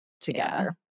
together